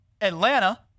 Atlanta